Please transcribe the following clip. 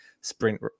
sprint